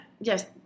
yes